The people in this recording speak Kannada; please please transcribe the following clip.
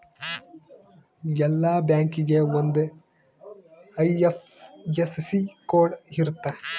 ಎಲ್ಲಾ ಬ್ಯಾಂಕಿಗೆ ಒಂದ್ ಐ.ಎಫ್.ಎಸ್.ಸಿ ಕೋಡ್ ಇರುತ್ತ